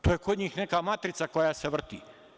To je kod njih nekakva matrica koja se vrti.